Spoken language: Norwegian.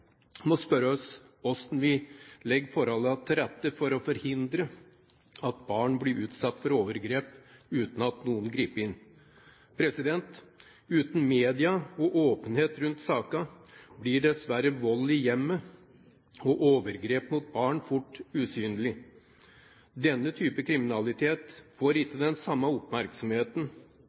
må spørre oss hvordan vi legger forholdene til rette for å forhindre at barn blir utsatt for overgrep uten at noen griper inn. Uten media og åpenhet rundt sakene blir dessverre vold i hjemmet og overgrep mot barn fort usynlig. Denne typen kriminalitet får ikke den samme oppmerksomheten